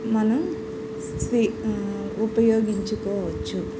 మనం స్వి ఉపయోగించుకోవచ్చు